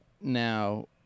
Now